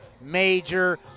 major